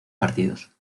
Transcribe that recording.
partidos